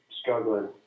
struggling